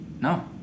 No